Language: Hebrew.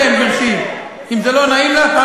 תתביישי, זה האחים שלך.